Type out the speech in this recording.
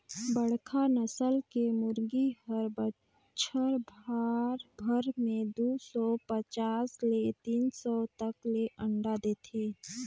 बड़खा नसल के मुरगी हर बच्छर भर में दू सौ पचास ले तीन सौ तक ले अंडा देथे